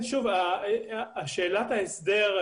שאלת ההסדר,